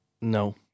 No